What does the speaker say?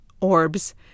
orbs